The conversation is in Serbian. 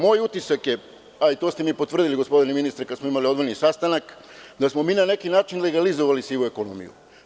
Moj utisak je, a to ste mi potvrdili, gospodine ministre, kada smo imali odvojeni sastanak, da smo mi na neki način legalizovali sivu ekonomiju.